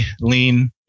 lean